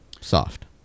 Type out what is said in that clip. soft